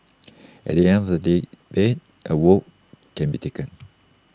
at the end of the day debate A vote can be taken